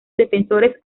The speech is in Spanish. defensores